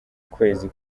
kwezi